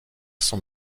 son